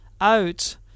out